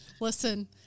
Listen